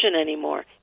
anymore